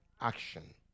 Action